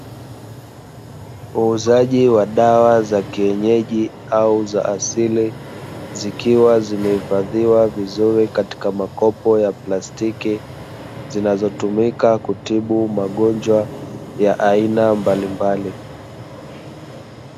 Wauzaji wa dawa za kienyeji au za asili, zikiwa zimehifadhiwa vizuri katika makopo ya plastiki, zinazotumika kutibu magonjwa ya aina mbalimbali.